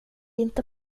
inte